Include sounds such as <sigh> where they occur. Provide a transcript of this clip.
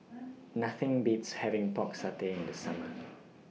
<noise> Nothing Beats having Pork Satay in The Summer